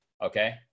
Okay